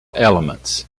elements